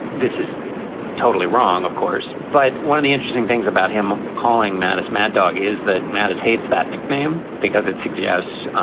this is totally wrong, of course. but one of the interesting things about him calling mattis mad dog is that mattis hates that nickname because it yes.